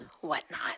whatnot